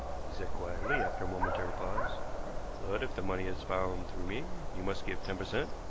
he said quietly, after a momentary pause but if the money is found through me, you must give ten per cent.